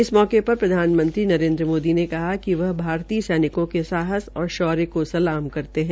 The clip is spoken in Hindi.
इस अवसर पर प्रधानमंत्री नरेन्द्र मोदी ने कहा है कि वह भारतीय सैनिकों के साहस और शौर्यको सलाम करते है